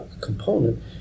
component